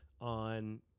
on